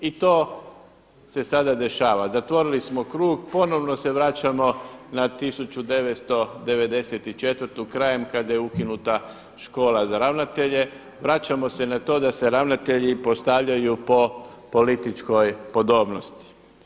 I to se sada dešava, zatvorili smo krug ponovno se vraćamo na 1994. krajem kada je ukinuta škola za ravnatelje, vraćamo se na to da se ravnatelji postavljaju po političkoj podobnosti.